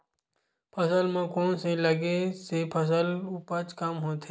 फसल म कोन से लगे से फसल उपज कम होथे?